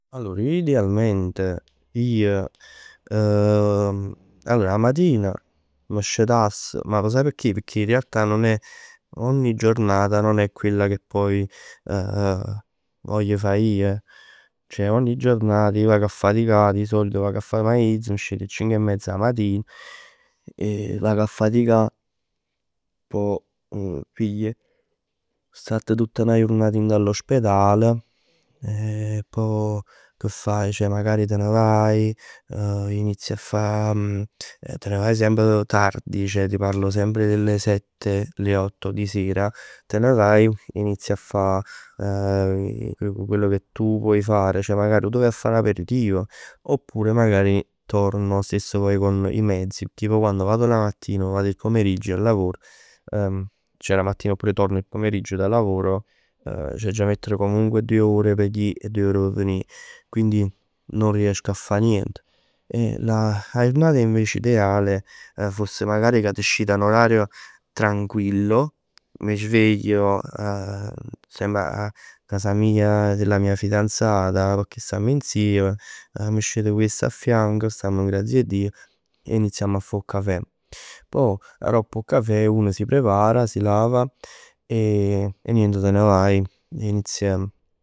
Allor, idealment ij, allor 'a matin m' scetass, ma lo sai perchè? Perchè in realtà ogni giornata non è quella che poi voglio fa ij. Ceh ogni giornata ij vag 'a faticà di solito. M'aiz, m' scet 'e cinc 'e mezz 'a matin e vag a faticà, pò pigl, statt tutt 'na jurnat dint 'a l'ospedal. Eh, poj che faje? Ceh magari te ne vai, inizi a fa. Te ne vai semp tardi, ceh ti parlo sempre delle sette, le otto di sera. Te ne vaje, inizi a fa quello che tu vuoi fare. Ceh magari o ti vaje a fa l'aperitivo, oppure magari torno stesso poi con i mezzi. Pecchè ij pò quando vado la mattina o vado il pomeriggio a lavoro. Ceh la mattina, oppure torno il pomeriggio da lavoro, c'aggia mettere comunque doje ore p' ji e doje ore p' venì. Quindi non riesco a fa niente. 'A jurnata invece ideale foss ca t' scit 'a matin 'a n'orario tranquillo. Mi sveglio, semp a casa mia, della mia fidanzata, pecchè stamm insieme. M' scet cu essa affianc, stamm n'grazia 'e Dij e accuminciamm a fa 'o cafè. Poj aropp 'o cafè uno si prepara, si lava e e niente te ne vai e inizia